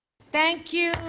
thank you.